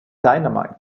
dynamite